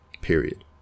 period